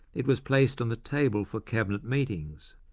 it was placed on the table for cabinet meetings.